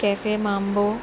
cafe Mambo